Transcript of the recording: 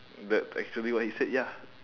that's actually what he said ya